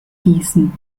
gießen